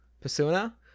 persona